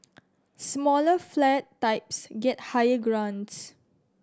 smaller flat types get higher grants